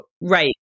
right